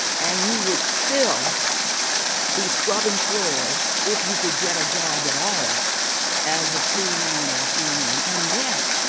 and you will still be scrubbing floors if you could get a job at all as a free man or a free woman. and yet,